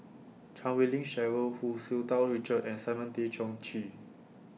Chan Wei Ling Cheryl Hu Tsu Tau Richard and Simon Tay Seong Chee